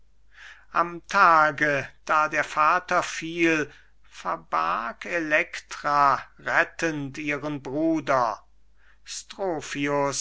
am tage da der vater fiel verbarg elektra rettend ihren bruder